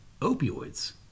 opioids